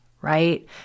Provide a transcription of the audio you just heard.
right